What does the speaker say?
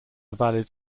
are